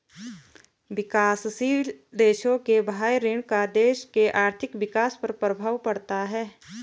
विकासशील देशों के बाह्य ऋण का देश के आर्थिक विकास पर प्रभाव पड़ता है